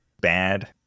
bad